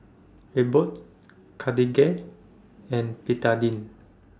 Abbott Cartigain and Betadine